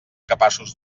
capaços